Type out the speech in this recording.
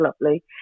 lovely